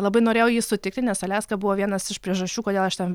labai norėjau jį sutikti nes aliaska buvo vienas iš priežasčių kodėl aš ten